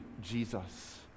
Jesus